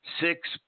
six